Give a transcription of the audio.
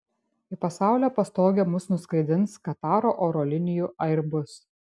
į pasaulio pastogę mus nuskraidins kataro oro linijų airbus